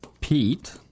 Pete